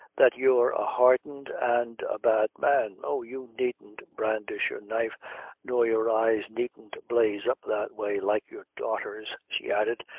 that you're a hardened and a bad man oh! you needn't brandish your knife nor your eyes needn't blaze up that way, like your daughter's, she added,